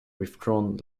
withdrawn